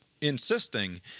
insisting